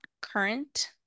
current